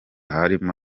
harimo